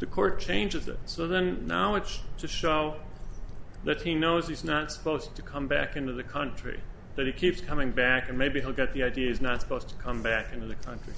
the court changes it so then now it's to show that he knows he's not supposed to come back into the country but he keeps coming back and maybe he'll get the idea is not supposed to come back into the country